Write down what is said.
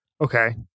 Okay